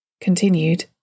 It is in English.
Continued